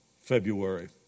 February